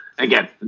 Again